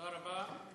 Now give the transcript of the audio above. תודה רבה.